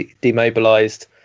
Demobilized